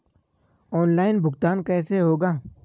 Online भुगतान कैसे होगा?